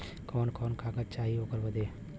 कवन कवन कागज चाही ओकर बदे?